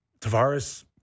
Tavares